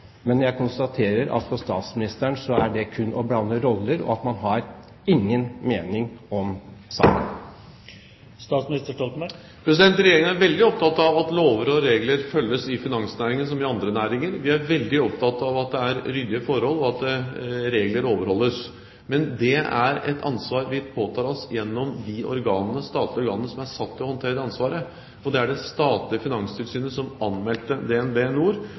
Jeg konstaterer at for statsministeren er det kun å blande roller, og at man ikke har noen mening om saken. Regjeringen er veldig opptatt av at lover og regler følges – i finansnæringen som i andre næringer. Vi er veldig opptatt av at det er ryddige forhold, og at regler overholdes. Men dét er et ansvar vi påtar oss gjennom de statlige organene som er satt til å håndtere dette ansvaret. Det var det statlige Finanstilsynet som anmeldte